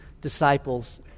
disciples